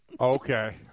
Okay